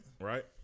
Right